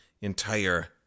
entire